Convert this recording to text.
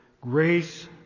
grace